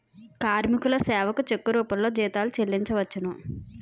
కార్మికుల సేవకు చెక్కు రూపంలో జీతాలు చెల్లించవచ్చు